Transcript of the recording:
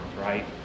right